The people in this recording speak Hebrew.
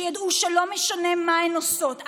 שידעו שלא משנה מה הן עושות,